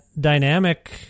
dynamic